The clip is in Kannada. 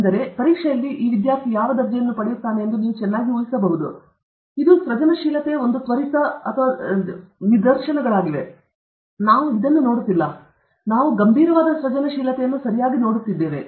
ಆದ್ದರಿಂದ ಪರೀಕ್ಷೆಯಲ್ಲಿ ಪೀಟರ್ ಯಾವ ದರ್ಜೆಯನ್ನು ಪಡೆದಿರುತ್ತಾನೆ ಎಂದು ನೀವು ಚೆನ್ನಾಗಿ ಊಹಿಸಬಹುದು ಇದು ಸೃಜನಶೀಲತೆಯ ಒಂದು ತ್ವರಿತ ಇವುಗಳು ಸೃಜನಶೀಲತೆಯ ನಿದರ್ಶನಗಳಾಗಿವೆ ಆದರೆ ನಾವು ಇದನ್ನು ನೋಡುತ್ತಿಲ್ಲ ನಾವು ಗಂಭೀರವಾದ ಸೃಜನಶೀಲತೆಯನ್ನು ಸರಿಯಾಗಿ ನೋಡುತ್ತಿದ್ದೇವೆ